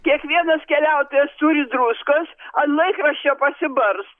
kiekvienas keliautojas turi druskos ant laikraščio pasibars